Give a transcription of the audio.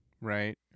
right